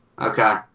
Okay